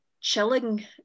chilling